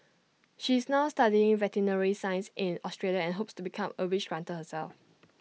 she is now studying veterinary science in Australia and hopes to become A wish granter herself